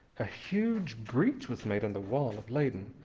a huge breach was made in the wall of leyden,